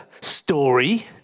story